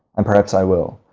and perhaps i will.